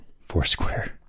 foursquare